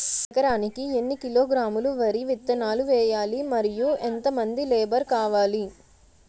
ఎకరానికి ఎన్ని కిలోగ్రాములు వరి విత్తనాలు వేయాలి? మరియు ఎంత మంది లేబర్ కావాలి?